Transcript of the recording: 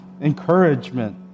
encouragement